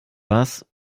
was